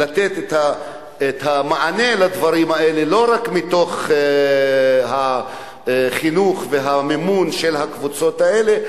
לתת את המענה לדברים האלה לא רק מתוך החינוך והמימון של הקבוצות האלה,